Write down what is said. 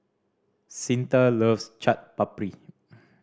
Cyntha loves Chaat Papri